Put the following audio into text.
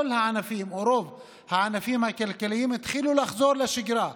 כל הענפים או רוב הענפים הכלכליים התחילו לחזור לשגרה,